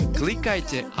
klikajte